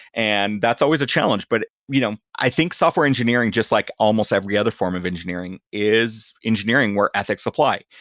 and that's always a challenge. but you know i think software engineering, just like almost every other form of engineering, is engineering where ethics apply.